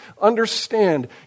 Understand